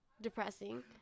depressing